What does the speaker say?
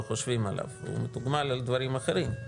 חושבים עליו אלא הוא מתוגמל על דברים אחרים.